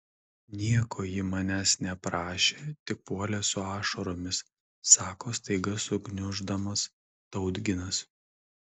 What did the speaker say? nieko ji manęs neprašė tik puolė su ašaromis sako staiga sugniuždamas tautginas